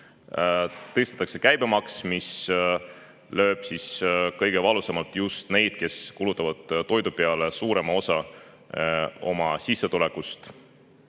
tõstetakse käibemaksu, mis lööb kõige valusamalt just neid, kes kulutavad toidu peale suurema osa oma sissetulekust.